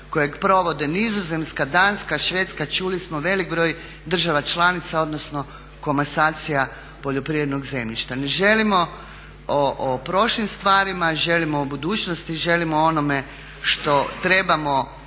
kojeg provode Nizozemska, Danska, Švedska, čuli smo velik broj država članica, odnosno komasacija poljoprivrednog zemljišta. Ne želimo o prošlim stvarima, želimo o budućnosti, želimo o onome što trebamo